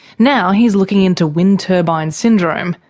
now he's looking into wind turbine syndrome,